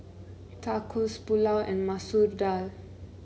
Tacos Pulao and Masoor Dal